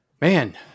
Man